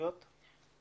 אני בכל זאת